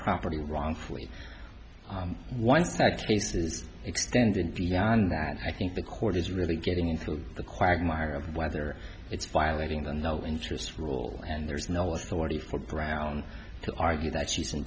property wrongfully one sex case is extended beyond that i think the court is really getting into the quagmire of whether it's violating the no interest rule and there's no authority for brown to argue that she's